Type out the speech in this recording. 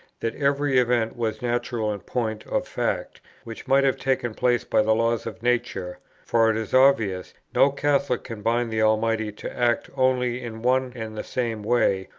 that every event was natural in point of fact, which might have taken place by the laws of nature for it is obvious, no catholic can bind the almighty to act only in one and the same way,